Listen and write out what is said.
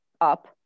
up